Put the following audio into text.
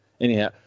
Anyhow